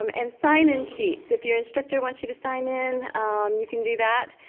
um and sign in sheets if your instructor wants you to sign in you can do that.